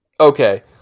Okay